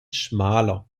schmaler